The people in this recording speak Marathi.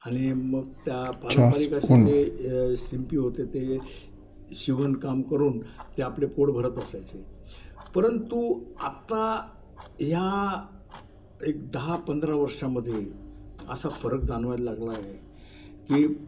आणि मग त्या पारंपरिक असे जे शिंपी होते ते शिवणकाम करून ते आपले पोट भरत असायचे परंतु आत्ता या एक दहा पंधरा वर्षामध्ये असा फरक जाणवायला लागलं आहे की